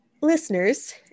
listeners